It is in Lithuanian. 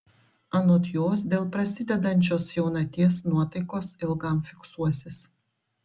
anot jos dėl prasidedančios jaunaties nuotaikos ilgam fiksuosis